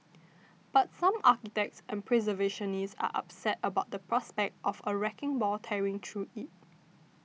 but some architects and preservationists are upset about the prospect of a wrecking ball tearing through it